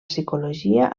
psicologia